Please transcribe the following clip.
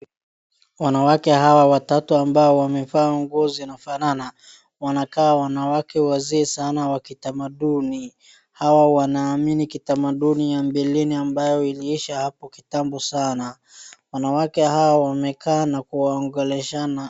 Wanawake watatu ambao wamevaa nguo zinafanana wanakaa wanawake wa kitambo wa utamaduni.